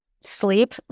sleep